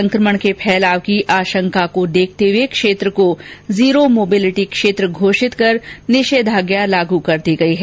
संकमण के फैलाव की आशंका को देखते हुए क्षेत्र को जीरो मोबिलिटी क्षेत्र घोषित कर निषेधाज्ञा लाग कर दी गयी है